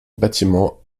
bâtiment